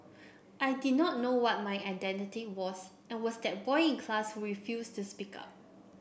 I did not know what my identity was and was that boy in class we refused to speak up